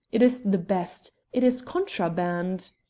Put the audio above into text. it is the best. it is contraband!